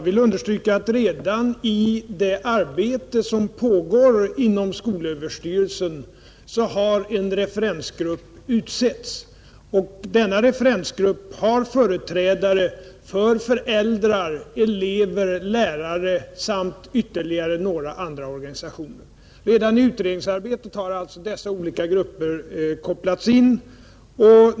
Fru talman! I det arbete som pågår inom skolöverstyrelsen har en referensgrupp utsetts. I denna ingår företrädare för föräldrar, elever, lärare och ytterligare några andra grupper. Redan i utredningsarbetet har alltså dessa olika grupper kopplats in.